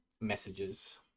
messages